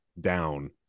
down